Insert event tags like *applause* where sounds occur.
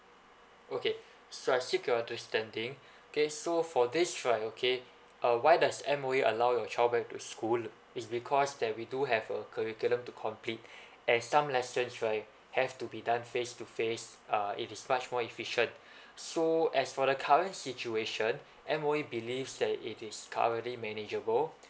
okay so I seek your understanding K so for this right okay uh why does M_O_E allow your child back to school is because that we do have a curriculum to complete as some lessons right have to be done face to face uh it is much more efficient *breath* so as for the current situation M_O_E believes that it is currently manageable